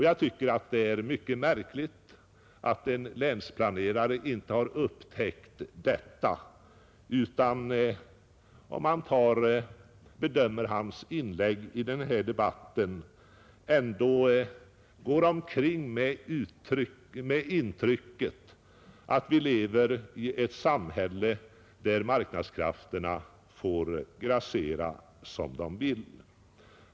Jag tycker att det är mycket märkligt att en länsplanerare som herr Svensson i Malmö inte har upptäckt detta utan, att döma av hans inlägg i denna debatt, går omkring med intrycket att vi lever i ett samhälle där marknadskrafterna får grassera som de vill.